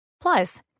Plus